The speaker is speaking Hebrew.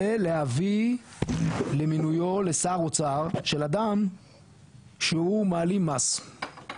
זה להביא למינויו לשר אוצר של אדם שהוא מעלים מס,